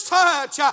touch